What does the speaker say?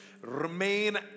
remain